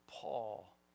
Paul